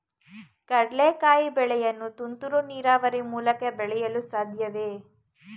ಕಡ್ಲೆಕಾಯಿ ಬೆಳೆಯನ್ನು ತುಂತುರು ನೀರಾವರಿ ಮೂಲಕ ಬೆಳೆಯಲು ಸಾಧ್ಯವೇ?